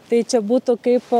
tai čia būtų kaip